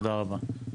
תודה רבה.